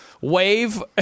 wave